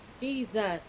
Jesus